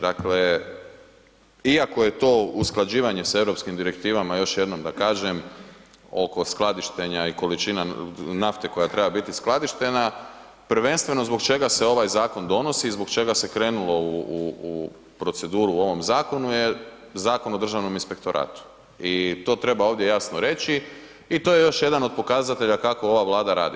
Dakle iako je to usklađivanje sa europskim direktivama još jednom da kažem, oko skladištenja i količina nafte koja treba biti skladištena, prvenstveno zbog čega se ovaj zakon donosi i zbog čega se krenulo u proceduru u ovom zakonu jer Zakon o Državnom inspektoratu i to treba jasno reći i to je još jedan od pokazatelja kako ova Vlada radi.